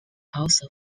also